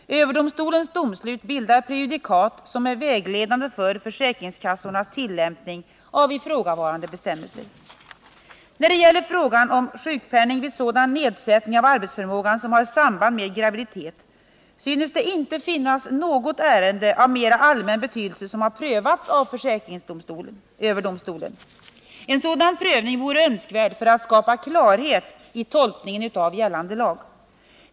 Överdomstolens domslut bildar prejudikat som är vägledande för försäkringskassornas tillämpning av ifrågavarande bestämmelser. När det gäller frågan om sjukpenning vid sådan nedsättning av arbetsförmågan som har samband med graviditet synes det inte finnas något ärende av mera allmän betydelse som har prövats av försäkringsöverdomstolen. En sådan prövning vore önskvärd för att skapa klarhet i tolkningen av gällande lag.